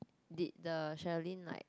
did the Sherlyn like